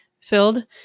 filled